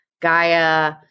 Gaia